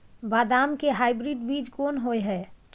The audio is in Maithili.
बदाम के हाइब्रिड बीज कोन होय है?